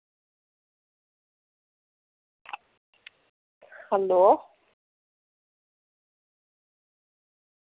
hello